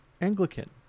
anglican